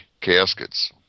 caskets